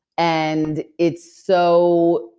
and it's so.